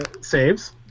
saves